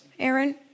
Aaron